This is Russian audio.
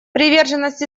приверженность